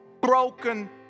broken